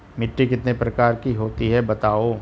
मिट्टी कितने प्रकार की होती हैं बताओ?